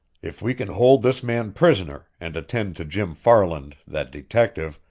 if we can hold this man prisoner, and attend to jim farland, that detective,